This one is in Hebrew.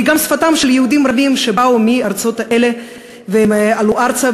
והיא גם שפתם של יהודים רבים שבאו מהארצות האלה ועלו ארצה,